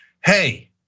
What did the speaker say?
hey